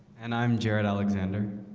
and i'm jared alexander